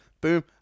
Boom